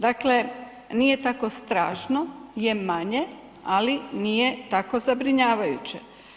Dakle, nije tako strašno, je manje, ali nije tako zabrinjavajuće.